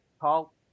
Paul